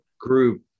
group